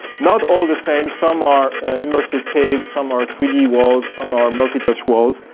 not all the same some are immersive caves, some are three d walls, some are multi-touch walls.